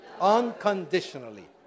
Unconditionally